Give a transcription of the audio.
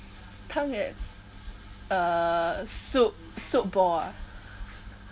tang yuan uh soup soup ball ah